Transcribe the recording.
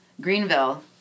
Greenville